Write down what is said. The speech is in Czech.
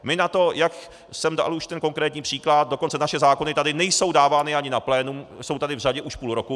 My na to, jak jsem dal už ten konkrétní příklad, dokonce naše zákony tady nejsou dávány ani na plénum, jsou tady v řadě už půl roku.